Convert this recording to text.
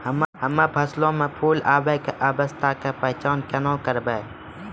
हम्मे फसलो मे फूल आबै के अवस्था के पहचान केना करबै?